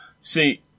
See